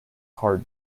hard